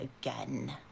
again